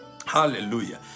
Hallelujah